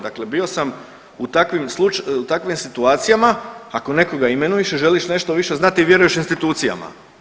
Dakle, bio sam u takvim situacijama ako nekoga imenuješ, želiš nešto više znati, vjeruješ institucijama.